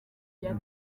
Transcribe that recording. rya